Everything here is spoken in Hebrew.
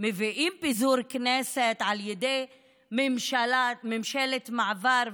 מביאים את פיזור הכנסת על ידי ממשלת מעבר,